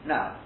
Now